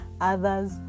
others